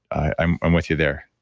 i'm i'm with you there.